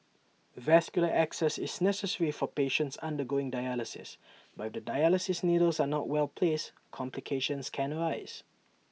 vascular access is necessary for patients undergoing dialysis but if the dialysis needles are not well placed complications can arise